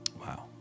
Wow